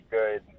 good